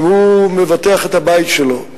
אם הוא מבטח את הבית שלו.